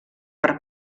per